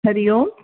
Hari Om